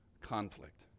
conflict